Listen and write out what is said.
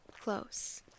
close